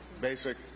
basic